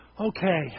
Okay